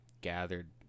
gathered